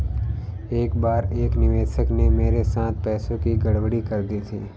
एक बार एक निवेशक ने मेरे साथ पैसों की गड़बड़ी कर दी थी